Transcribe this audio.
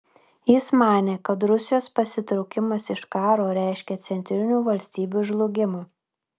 jis manė kad rusijos pasitraukimas iš karo reiškia centrinių valstybių žlugimą